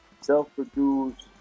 self-produced